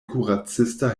kuracista